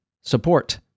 support